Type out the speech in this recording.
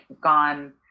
gone